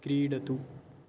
क्रीडतु